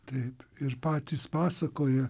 taip ir patys pasakoja